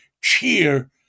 cheer